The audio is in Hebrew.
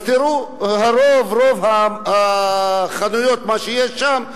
ואז תראו: רוב החנויות שיש שם,